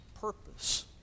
purpose